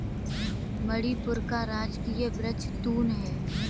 मणिपुर का राजकीय वृक्ष तून है